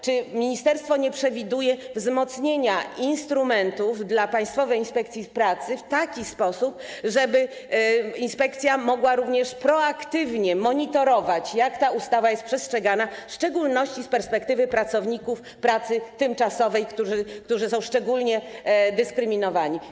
Czy ministerstwo nie przewiduje wzmocnienia instrumentów dla Państwowej Inspekcji Pracy w taki sposób, żeby inspekcja mogła również proaktywnie monitorować, jak ta ustawa jest przestrzegana, w szczególności z perspektywy pracowników wykonujących pracę tymczasową, którzy są szczególnie dyskryminowani?